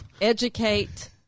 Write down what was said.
educate